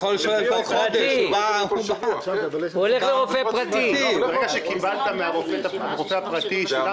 זאת אומרת, הרופא הוא זה שיסיים